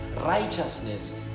Righteousness